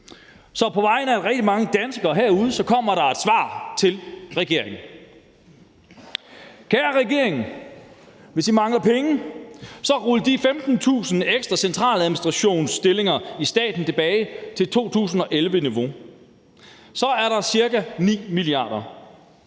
så på vegne af rigtig mange danskere derude kommer der her et svar til regeringen. Kære regering. Hvis I mangler penge, rul de 15.000 ekstra centraladministrationsstillinger i staten tilbage til 2011-niveau. Så er der cirka 9 mia. kr.